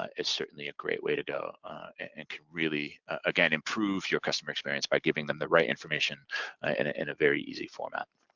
ah it's certainly a great way to go and could really again improve your customer experience by giving them the right information in in a very easy format.